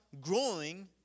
Growing